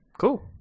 Cool